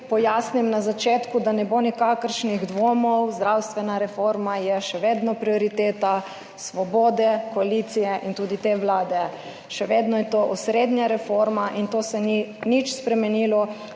pojasnim na začetku, da ne bo nikakršnih dvomov, zdravstvena reforma je še vedno prioriteta Svobode, koalicije in tudi te Vlade. Še vedno je to osrednja reforma in to se ni nič spremenilo,